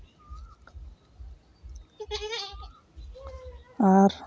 ᱟᱨ